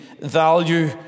value